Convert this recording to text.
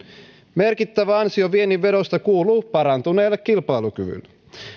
merkittävä ansio viennin vedosta kuuluu parantuneelle kilpailukyvylle